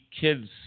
kids